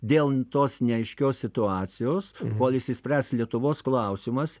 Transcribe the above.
dėl tos neaiškios situacijos kol išsispręs lietuvos klausimas